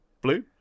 blue